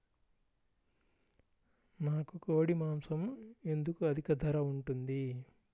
నాకు కోడి మాసం ఎందుకు అధిక ధర ఉంటుంది?